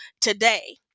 today